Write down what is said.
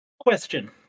Question